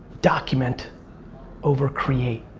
document over create.